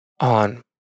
on